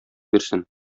бирсен